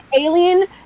alien